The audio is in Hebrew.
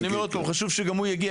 ככל הניתן.